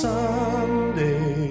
Sunday